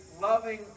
loving